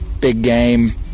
big-game